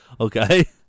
Okay